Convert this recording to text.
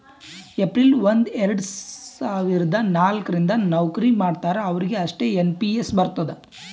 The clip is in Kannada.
ಏಪ್ರಿಲ್ ಒಂದು ಎರಡ ಸಾವಿರದ ನಾಲ್ಕ ರಿಂದ್ ನವ್ಕರಿ ಮಾಡ್ತಾರ ಅವ್ರಿಗ್ ಅಷ್ಟೇ ಎನ್ ಪಿ ಎಸ್ ಬರ್ತುದ್